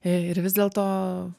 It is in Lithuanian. ir vis dėlto